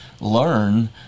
learn